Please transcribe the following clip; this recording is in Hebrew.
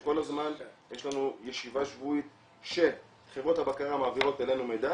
כל הזמן יש לנו ישיבה שבועית שחברות הבקרה מעבירות אלינו מידע